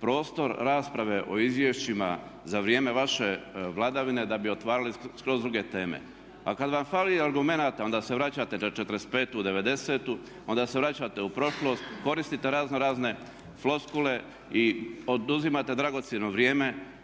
prostor rasprave o izvješćima za vrijeme vaše vladavine da bi otvarali skroz druge teme. A kad vam fali argumenata onda se vraćate na 45., 90., onda se vraćate u prošlost, koristite razno razne floskule i oduzimate dragocjeno vrijeme